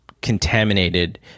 contaminated